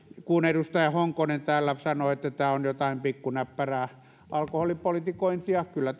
että edustaja honkonen täällä sanoi että tämä on jotain pikkunäppärää alkoholipolitikointia kyllä